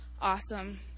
awesome